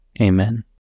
Amen